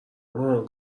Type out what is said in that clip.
مامان